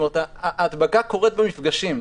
ההדבקה קורית במפגשים,